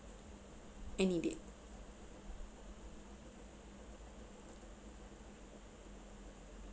any date